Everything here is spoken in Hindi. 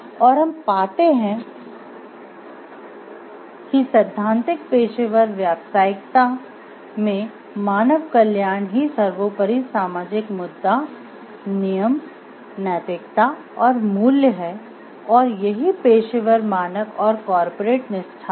जब हम सैद्धांतिक पेशेवर हैं